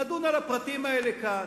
נדון על הפרטים האלה כאן.